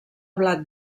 blat